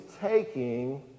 taking